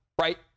right